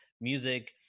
music